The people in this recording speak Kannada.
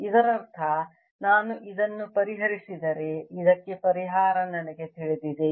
ಇದರರ್ಥ ನಾನು ಇದನ್ನು ಪರಿಹರಿಸಿದರೆ ಇದಕ್ಕೆ ಪರಿಹಾರ ನನಗೆ ತಿಳಿದಿದೆ